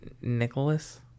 nicholas